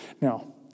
Now